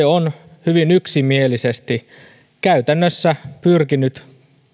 on hyvin yksimielisesti käytännössä pyrkinyt